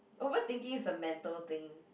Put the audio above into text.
overthinking is a mental thing